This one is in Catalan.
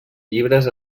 llibres